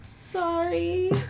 Sorry